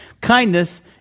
Kindness